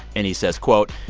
and he says, quote,